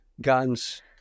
guns